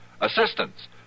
Assistance